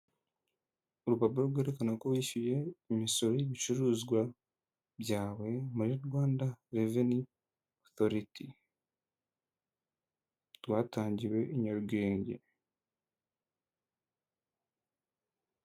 Urupapuro rwerekana ko wishyuye imisoro y'ibicuruzwa byawe muri Rwanda reveni otoriti rwatangiwe i Nyarugenge.